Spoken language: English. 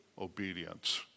obedience